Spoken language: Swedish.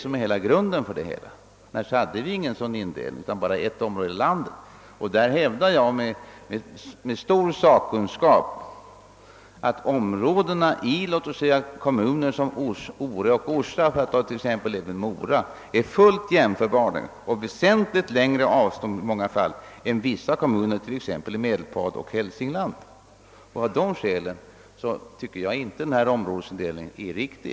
Om det inte förhöll sig på det sättet skulle hela landet kunna utgöra ett skattekraftsområde. Jag hävdar med stor sakkunskap att kommuner som Ore, Orsa och Mora är fullt ämförbara med vissa kommuner i t.ex. Vedelpad och Hälsingland. Av det skä let tycker jag inte att den nuvarande områdesindelningen är riktig.